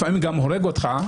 לפעמים גם הורג אותך,